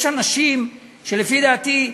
יש אנשים שלפי דעתי,